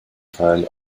teil